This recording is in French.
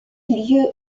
lieu